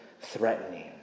threatening